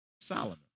Solomon